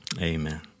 Amen